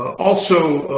also,